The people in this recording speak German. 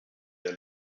der